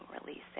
releasing